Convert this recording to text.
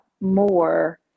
more